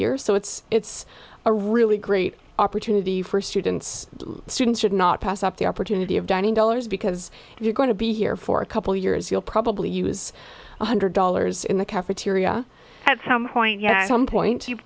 year so it's it's a really great opportunity for students students should not pass up the opportunity of dining dollars because you're going to be here for a couple years you'll probably use one hundred dollars in the cafeteria at some point yes some point you